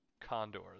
condors